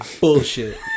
Bullshit